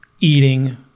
eating